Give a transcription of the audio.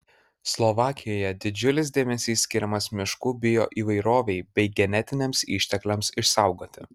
slovakijoje didžiulis dėmesys skiriamas miškų bioįvairovei bei genetiniams ištekliams išsaugoti